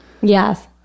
Yes